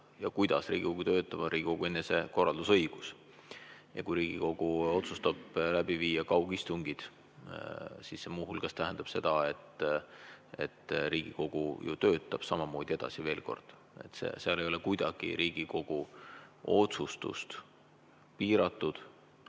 kuidas Riigikogu töötab, on Riigikogu enesekorraldusõigus. Kui Riigikogu otsustab läbi viia kaugistungid, siis see muu hulgas tähendab seda, et Riigikogu töötab samamoodi edasi. Veel kord: seal ei ole kuidagi Riigikogu otsustust piiratud